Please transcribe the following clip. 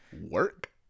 Work